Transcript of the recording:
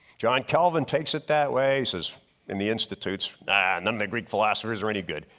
john calvin takes it that ways as in the institute's and then the greek philosophers are any good,